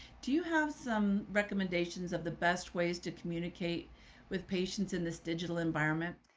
do you have some recommendations of the best ways to communicate with patients in this digital environment?